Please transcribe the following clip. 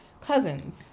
cousins